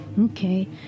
Okay